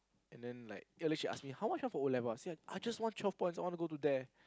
and then like and then she ask me how much your for O-levels ah said I just want twelve points I want to go to there